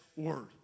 word